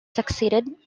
succeeded